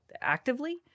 actively